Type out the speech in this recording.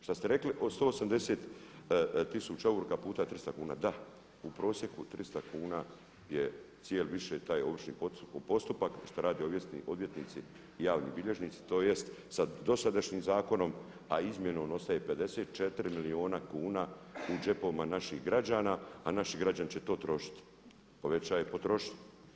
Šta ste rekli od 180 tisuća ovrha puta 300 kuna, da u prosjeku 300 kuna je više taj ovršni postupak šta rade odvjetnici i javni bilježnici, tj. sa dosadašnjim zakonom a izmjenom ostaje 54 milijuna kuna u džepovima naših građana, a naši građani će to trošiti, povećava potrošnju.